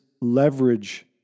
leverage